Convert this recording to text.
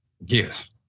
Yes